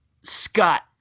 Scott